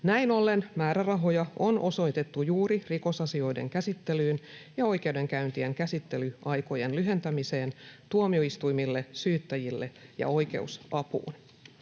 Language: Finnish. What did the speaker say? Näin ollen määrärahoja on osoitettu juuri rikosasioiden käsittelyyn ja oikeudenkäyntien käsittelyaikojen lyhentämiseen tuomioistuimille, syyttäjille ja oikeusapuun.